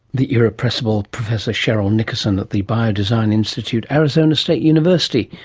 the irrepressible professor cheryl nickerson at the biodesign institute, arizona state university,